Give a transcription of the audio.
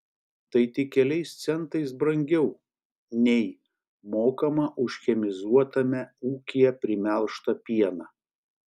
tai tik keliais centais brangiau nei mokama už chemizuotame ūkyje primelžtą pieną